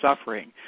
suffering